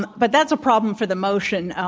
and but that's a problem for the motion.